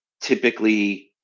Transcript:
typically